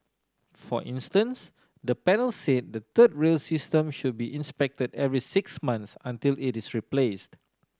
for instance the panel said the third rail system should be inspected every six months until it is replaced